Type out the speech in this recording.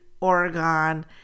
oregon